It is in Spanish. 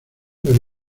los